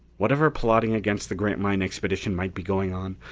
whatever plotting against the grantline expedition might be going on,